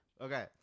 okay